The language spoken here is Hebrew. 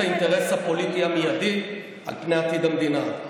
האינטרס הפוליטי המיידי על עתיד המדינה.